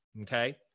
Okay